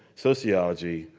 sociology,